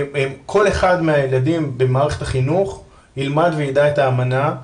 כל אחד מהילדים במערכת החינוך ילמד ויידע את האמנה,